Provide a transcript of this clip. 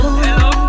hello